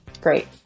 great